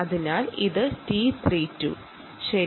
അതിനാൽ ഇത് t32 ആണ്